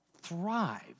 thrive